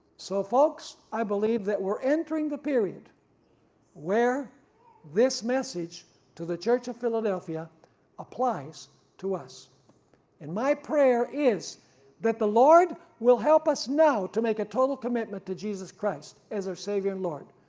so folks i believe that we're entering the period where this message to the church of philadelphia applies to us and my prayer is that the lord will help us now to make a total commitment to jesus christ as their savior and lord.